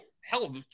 hell